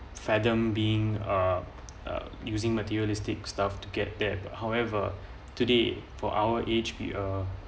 fathom being a uh using materialistic stuff to get there however today for our age uh